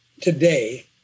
today